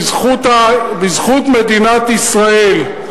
בזכות מדינת ישראל,